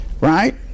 right